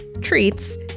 treats